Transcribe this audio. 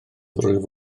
rwyf